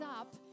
up